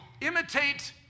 imitate